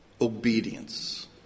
Obedience